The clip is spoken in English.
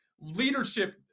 leadership